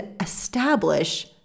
establish